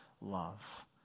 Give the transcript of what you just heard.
love